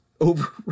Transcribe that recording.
over